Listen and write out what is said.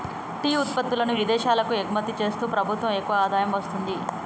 tea ఉత్పత్తుల్ని విదేశాలకు ఎగుమతి చేస్తూ ప్రభుత్వం ఎక్కువ ఆదాయం వస్తుంది